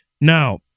Now